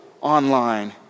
online